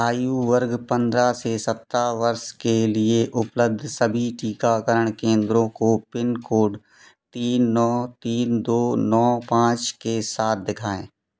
आयु वर्ग पंद्रह से सत्रह वर्ष के लिए उपलब्ध सभी टीकाकरण केंद्रों को पिनकोड तीन नौ तीन दो नौ पाँच के साथ दिखाएँ